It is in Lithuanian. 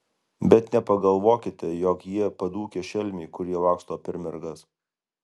bet nepagalvokite jog jie padūkę šelmiai kurie laksto per mergas